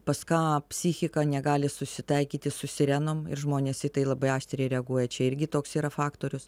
pas ką psichika negali susitaikyti su sirenom ir žmonės į tai labai aštriai reaguoja čia irgi toks yra faktorius